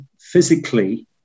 physically